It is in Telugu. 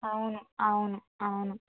అవును అవును అవును